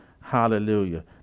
Hallelujah